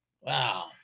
Wow